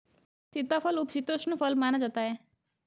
सीताफल उपशीतोष्ण फल माना जाता है